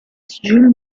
jules